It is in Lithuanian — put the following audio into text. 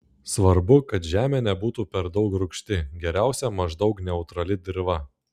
svarbu kad žemė nebūtų per daug rūgšti geriausia maždaug neutrali dirva